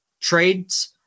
trades